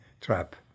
trap